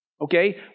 Okay